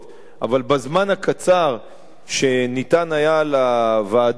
אבל בזמן הקצר שניתן לוועדה הזאת,